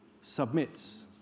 submits